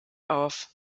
auf